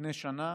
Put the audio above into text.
לפני שנה,